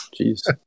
Jeez